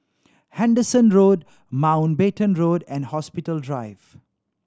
Henderson Road Mountbatten Road and Hospital Drive